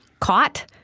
caught,